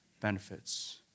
benefits